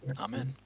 Amen